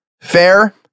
fair